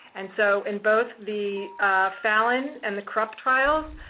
and so, in both the fallon and the krupp trials,